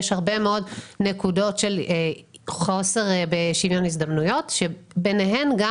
יש הרבה מאוד נקודות של חוסר בשוויון הזדמנויות וביניהן גם